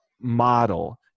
model